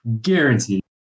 Guaranteed